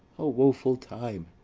o woful time!